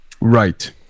Right